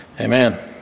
Amen